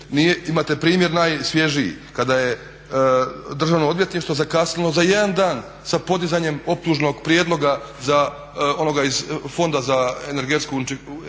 imate primjer najsvježiji kada je Državno odvjetništvo zakasnilo za jedan dan sa podizanjem optužnog prijedloga za onoga iz Fonda za energetsku, ekologiju